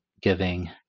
giving